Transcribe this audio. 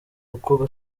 uko